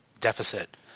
deficit